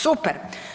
Super.